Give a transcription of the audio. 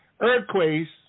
earthquakes